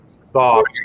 stop